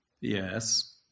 Yes